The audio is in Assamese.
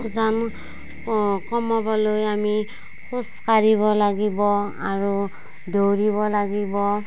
ওজন ক কমাবলৈ আমি খোজকাঢ়িব লাগিব আৰু দৌৰিব লাগিব